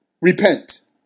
repent